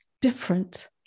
different